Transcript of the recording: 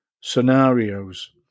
scenarios